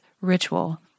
ritual